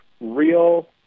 real